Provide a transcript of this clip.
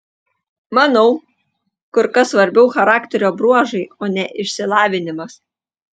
manau kur kas svarbiau charakterio bruožai o ne išsilavinimas